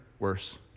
Worse